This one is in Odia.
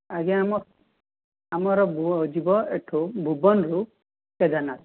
ଆଜ୍ଞା ଆମର ଆମର ଯିବ ଏଠୁ ଭୁବନରୁ କେଦାରନାଥ